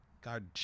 God